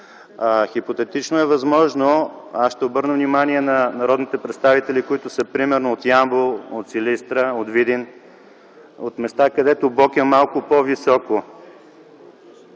Хипотетично е възможно – ще обърна внимание на народните представители, примерно от Ямбол, Силистра или Видин, от места, където Бог е малко по-високо,